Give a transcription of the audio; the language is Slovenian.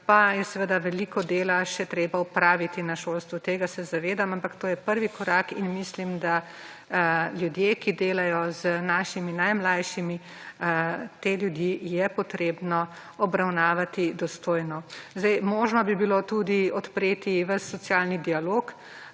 pa je veliko dela še treba opraviti na šolstvu. Tega se zavedam, ampak to je prvi korak in mislim, da ljudje, ki delajo z našimi najmlajšimi, te ljudi je treba obravnavati dostojno. Možno bi bilo tudi odpreti ves socialni dialog,